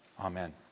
Amen